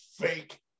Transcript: fake